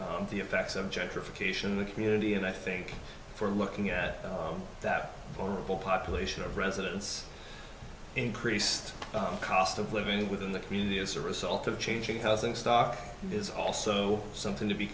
the effects of gentrification in the community and i think for looking at that whole population of residents increased cost of living within the community as a result of changing housing stock is also something to be